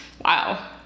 Wow